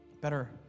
Better